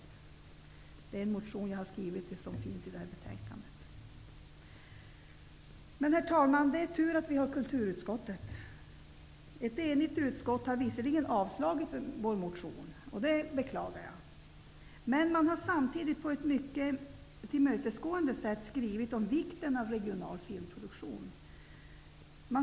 Jag avser den motion som jag har väckt och som behandlas i det här betänkandet. Herr talman! Det är tur att vi har kulturutskottet. Ett enigt kulturutskott har visserligen avstyrkt vår motion. Det beklagar jag. Men utskottet har samtidigt på ett mycket tillmötesgående sätt hävdat vikten av regional filmproduktion.